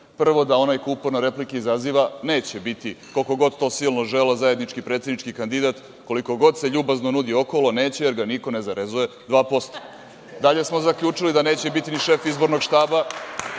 Prvo, da onaj ko uporno replike izaziva, neće biti, koliko god to silno želeo, zajednički predsednički kandidat, koliko god se ljubazno nudio okolo, neće, jer ga niko ne zarezuje 2%.Dalje smo zaključili da neće biti ni šef izbornog štaba,